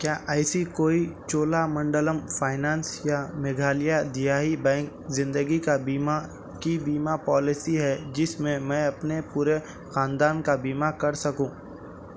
کیا ایسی کوئی چولا منڈلم فائنانس یا میگھالیہ دیہی بینک زندگی کا بیمہ کی بیمہ پالیسی ہے جس سے میں اپنے پورے خاندان کا بیمہ کر سکوں